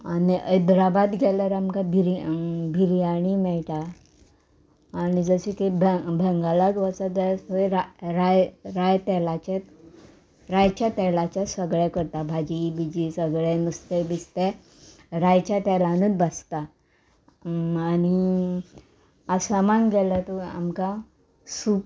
आनी हैदराबाद गेल्यार आमकां भिरया बिरयाणी मेळटा आनी जशें की बें बेंगालाक वचत जाल्यार थंय राय राय तेलाचें रायच्या तेलाचें सगळें करता भाजी बिजी सगळें नुस्तें बिस्तें रायच्या तेलानूच भाजता आनी आसामाक गेल्यार थंय आमकां सूप